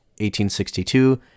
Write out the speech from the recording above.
1862